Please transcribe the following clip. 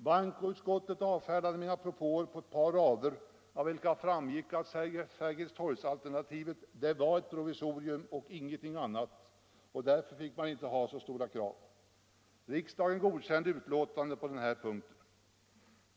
Bankoutskottet avfärdade mina propåer på ett par rader, av vilka framgick att Sergelstorgsalternativet var ett provisorium och ingenting annat. Därför fick man inte ha så stora krav. Riksdagen godkände utlåtandet på den här punkten.